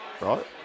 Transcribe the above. right